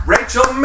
Rachel